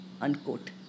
Unquote